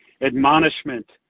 admonishment